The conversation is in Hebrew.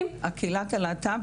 וולונטארית?